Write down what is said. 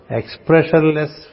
expressionless